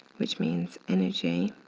which means energy